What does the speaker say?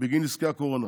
בגין נזקי הקורונה.